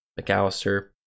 McAllister